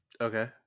Okay